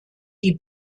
die